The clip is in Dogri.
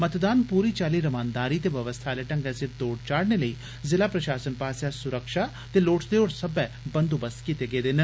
मतदान पूरी चाली रमानदारी ते व्यवस्था आले ढंगै सिर तोढ़ चाढ़ने लेई जिला प्रशासन आसेआ सुरक्षा ते लोड़चदे होर सब्बै बंदोबस्त कीते गेदे न